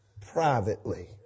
privately